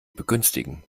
begünstigen